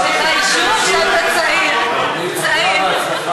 ואנחנו ניתן לאשתך אישור שאתה צעיר, צעיר.